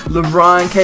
LeBron